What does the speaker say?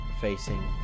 facing